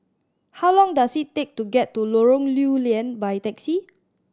how long does it take to get to Lorong Lew Lian by taxi